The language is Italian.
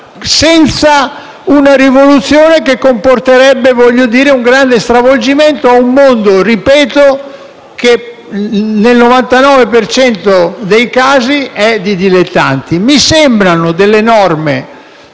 senza una rivoluzione che comporterebbe un grande stravolgimento o un mondo che nel 99 per cento dei casi è di dilettanti. Mi sembrano norme